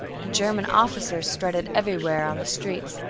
and german officers strutted everywhere on the streets.